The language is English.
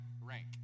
rank